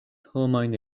homojn